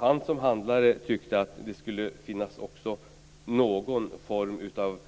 En handlare tycker att det skulle finnas någon form av